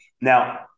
Now